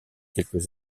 quelques